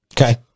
Okay